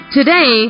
today